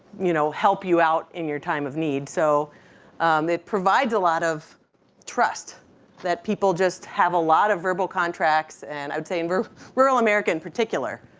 you know help you out in your time of need. so it provides a lot of trust that people just have a lot of verbal contracts and i would say in rural america in particular.